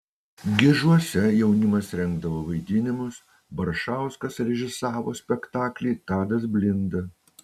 gižuose jaunimas rengdavo vaidinimus baršauskas režisavo spektaklį tadas blinda